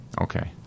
Okay